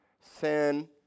sin